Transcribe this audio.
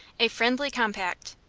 a friendly compact.